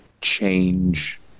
change